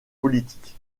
politique